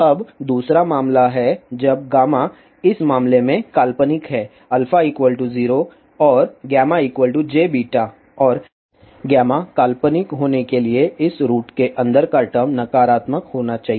अब दूसरा मामला है जब गामा इस मामले में काल्पनिक है α 0 और γjβ और काल्पनिक होने के लिए इस रुट के अंदर का टर्म नकारात्मक होना चाहिए